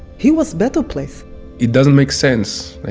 he was better place it doesn't make sense. like,